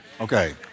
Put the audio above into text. Okay